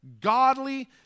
godly